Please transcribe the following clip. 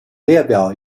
列表